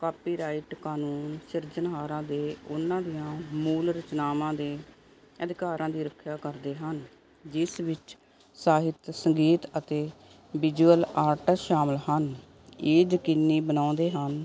copyright ਕਾਨੂੰਨ ਸਿਰਜਣਹਾਰਾਂ ਦੇ ਉਹਨਾਂ ਦੀਆਂ ਮੂਲ ਰਚਨਾਵਾਂ ਦੇ ਅਧਿਕਾਰਾਂ ਦੀ ਰੱਖਿਆ ਕਰਦੇ ਹਨ ਜਿਸ ਵਿੱਚ ਸਾਹਿਤ ਸੰਗੀਤ ਅਤੇ ਵਿਜੁਅਲ ਆਰਟ ਸ਼ਾਮਿਲ ਹਨ ਇਹ ਯਕੀਨੀ ਬਣਾਉਂਦੇ ਹਨ